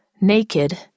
naked